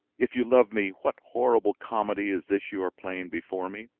if you love me, what horrible comedy is this you are playing before me?